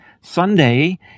Sunday